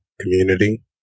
community